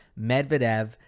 Medvedev